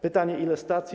Pytanie, ile stacji.